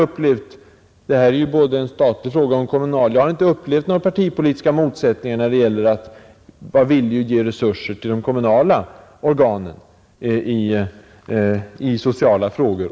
Detta är ju både en statlig och en kommunal fråga, och jag har inte upplevt några partipolitiska motsättningar när det gäller viljan att ge resurser till de kommunala organ som sköter sociala frågor.